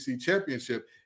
championship